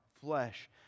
flesh